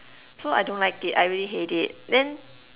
so I don't like it I really hate it then